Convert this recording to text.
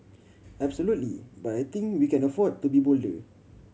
absolutely but I think we can afford to be bolder